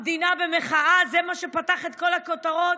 המדינה במחאה, זה מה שפתח את כל הכותרות.